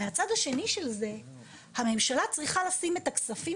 מהצד השני של זה הממשלה צריכה לשים את הכספים